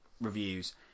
reviews